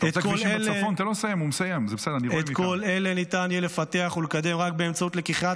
את כל אלה ניתן יהיה לפתח ולקדם רק באמצעות לקיחת